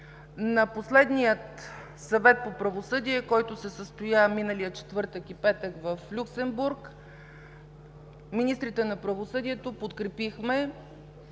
На последният Съвет по правосъдие, който се състоя миналия четвъртък и петък в Люксембург, министрите на правосъдието подкрепихме